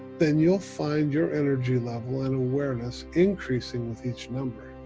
then you'll find your energy level and awareness increasing with each number,